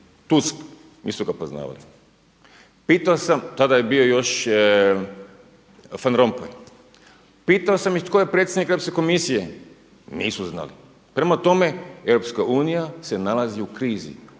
Tusk, nisu ga poznavali, tada je bio još Van Rompuy. Pitao sam ih tko je predsjednik Europske komisije, nisu znali. Prema tome EU se nalazi u krizi